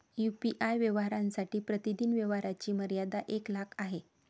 UPI व्यवहारांसाठी प्रतिदिन व्यवहारांची मर्यादा एक लाख आहे